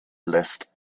lässt